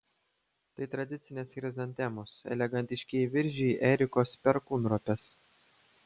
tai tradicinės chrizantemos elegantiškieji viržiai erikos perkūnropės